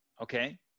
okay